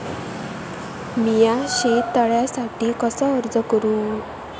मीया शेत तळ्यासाठी कसो अर्ज करू?